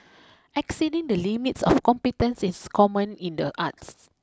exceeding the limits of competence is common in the arts